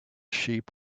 sheep